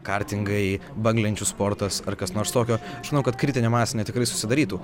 kartingai banglenčių sportas ar kas nors tokio žinau kad kritinė masė jinai tikrai susidarytų